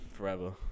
forever